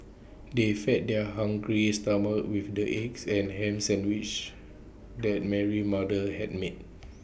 they fed their hungry stomachs with the eggs and Ham Sandwiches that Mary's mother had made